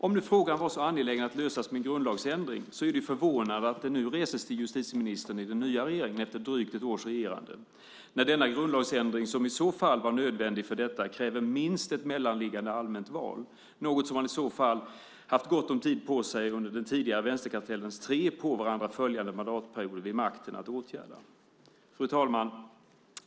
Om nu frågan var så angelägen att lösas med en grundlagsändring är det förvånande att den nu reses till justitieministern i den nya regeringen efter drygt ett års regerande, när den grundlagsändring som var nödvändig för detta kräver minst ett mellanliggande allmänt val, något som man haft gott om tid på sig för under den tidigare vänsterkartellens tre på varandra följande mandatperioder vid makten. Fru talman!